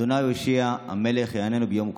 ה' הושיעה המלך יעננו ביום קראנו".